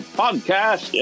podcast